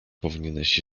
powinieneś